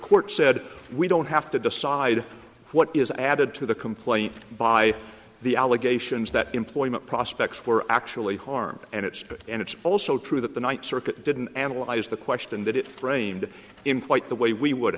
court said we don't have to decide what is added to the complaint by the allegations that employment prospects were actually harmed and it's true and it's also true that the night circuit didn't analyze the question that it rained in quite the way we would